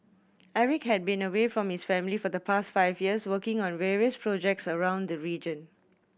Eric had been away from his family for the past five years working on various projects around the region